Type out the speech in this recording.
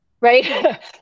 right